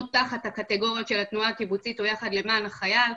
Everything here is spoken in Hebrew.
תחת הקטיגוריות של התנועה הקיבוצית או יחד למען החייל,